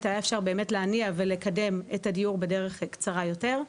היה אפשר להניע ולקדם את הדיור בדרך קצרה יותר.